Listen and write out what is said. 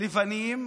הלבנים,